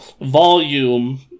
volume